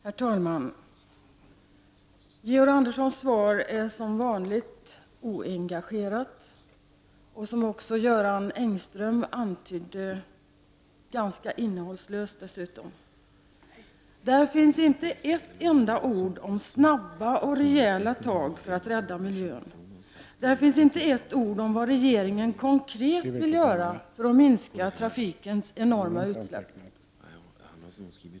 Herr talman! Georg Anderssons svar är som vanligt oengagerat och dessutom, som Göran Engström antydde, ganska innehållslöst. Där finns inte ett enda ord om snabba och rejäla tag för att rädda miljön. Där finns inte ett enda ord om vad regeringen konkret vill göra för att minska trafikens enorma utsläpp.